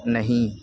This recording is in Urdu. نہیں